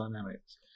dynamics